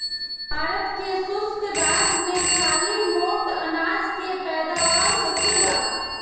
भारत के शुष्क राज में खाली मोट अनाज के पैदावार होखेला